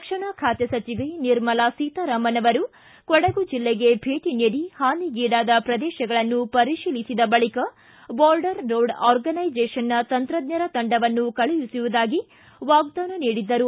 ರಕ್ಷಣಾ ಖಾತೆ ಸಜಿವೆ ನಿರ್ಮಲಾ ಸೀತಾರಾಮನ್ ಅವರು ಕೊಡಗು ಜಿಲ್ಲೆಗೆ ಭೇಟಿ ನೀಡಿ ಹಾನಿಗೀಡಾದ ಪ್ರದೇಶಗಳನ್ನು ಪರಿಶೀಲಿಸಿದ ಬಳಿಕ ಬಾರ್ಡರ್ ರೋಡ್ ಆರ್ಗನೈಸೇಷನ್ನ ತಂತ್ರಜ್ಞರ ತಂಡವನ್ನು ಕಳುಹಿಸುವುದಾಗಿ ವಾಗ್ದಾನ ನೀಡಿದ್ದರು